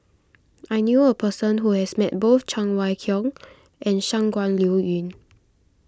I knew a person who has met both Cheng Wai Keung and Shangguan Liuyun